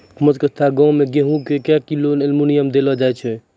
पाँच कट्ठा गांव मे गेहूँ मे क्या किलो एल्मुनियम देले जाय तो?